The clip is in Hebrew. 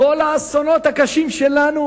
כל האסונות הקשים שלנו,